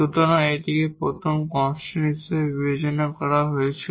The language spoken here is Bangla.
সুতরাং এটিকে প্রথমে কনস্ট্যান্ট হিসাবে বিবেচনা করা হয়েছিল